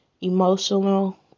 emotional